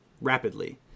rapidly